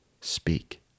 speak